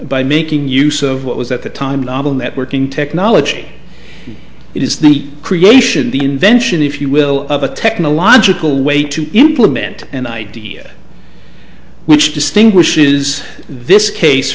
by making use of what was at the time novel networking technology it is the creation the invention if you will of a technological way to implement an idea which distinguishes this case